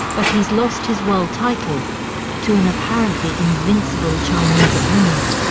but he's lost his world title to an apparently invincible chinese opponent.